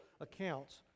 accounts